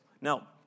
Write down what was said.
Now